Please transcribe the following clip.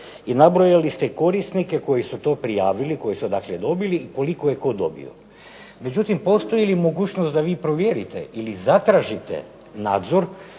I nabrojali ste korisnike koji su to prijavili, koji su dobili i koliko je tko dobio. Međutim, postoji li mogućnost da vi provjerite ili zatražite nadzor